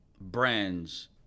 brands